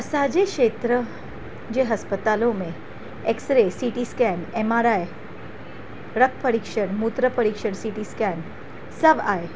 असांजे क्षेत्र जे हस्पतालों में एक्स रे सिटी स्कैन आर आई रक्त परीक्षण मूत्र परीक्षण सि टी स्कैन सभु आहे